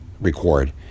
record